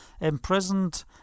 imprisoned